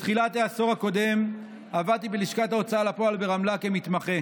בתחילת העשור הקודם עבדתי בלשכת ההוצאה לפועל ברמלה כמתמחה.